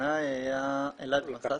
לפניי היה אלעד מסאסא.